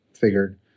figured